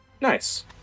Nice